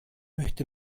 möchte